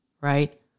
right